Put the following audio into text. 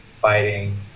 fighting